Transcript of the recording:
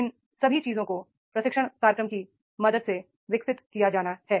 इन सभी चीजों को प्रशिक्षण कार्यक्रमों की मदद से विकसित किया जाना है